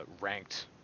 ranked